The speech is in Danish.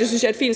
Det synes jeg er et fint sted